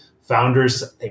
founders